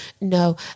no